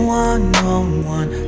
one-on-one